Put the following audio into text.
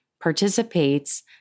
participates